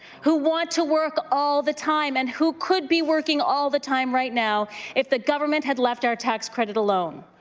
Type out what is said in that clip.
who want to work all the time and who could be working all the time right now if the government had left our tax credit alone.